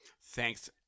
thanks